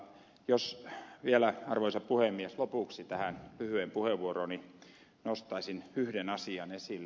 ehkä vielä arvoisa puhemies lopuksi tähän lyhyeen puheenvuorooni nostaisin yhden asian esille